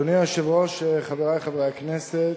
אדוני היושב-ראש, חברי חברי הכנסת,